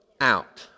Out